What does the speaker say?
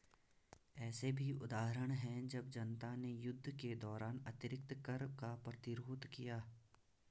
ऐसे भी उदाहरण हैं जब जनता ने युद्ध के दौरान अतिरिक्त कर का प्रतिरोध किया